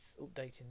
updating